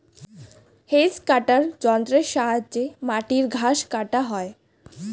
hedge cutter যন্ত্রের সাহায্যে মাটির ঘাস কাটা হয়